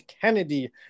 Kennedy